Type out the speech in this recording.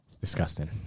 disgusting